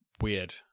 weird